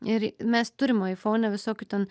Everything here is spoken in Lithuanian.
ir mes turim aifoune visokių ten